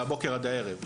מהבוקר עד הערב,